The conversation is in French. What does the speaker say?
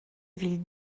ville